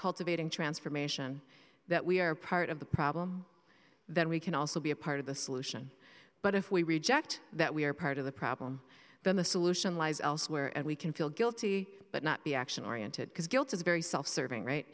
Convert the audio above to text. cultivating transformation that we are part of the problem then we can also be a part of the solution but if we reject that we're part of the problem then the solution lies elsewhere and we can feel guilty but not be action oriented because guilt is very self serving right